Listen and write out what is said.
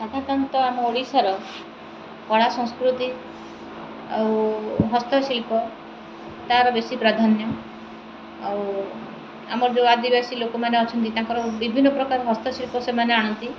ହସ୍ତତନ୍ତ ଆମ ଓଡ଼ିଶାର କଳା ସଂସ୍କୃତି ଆଉ ହସ୍ତଶିଳ୍ପ ତାହାର ବେଶୀ ପ୍ରାଧାନ୍ୟ ଆଉ ଆମର ଯୋଉ ଆଦିବାସୀ ଲୋକମାନେ ଅଛନ୍ତି ତାଙ୍କର ବିଭିନ୍ନ ପ୍ରକାର ହସ୍ତଶିଳ୍ପ ସେମାନେ ଆଣନ୍ତି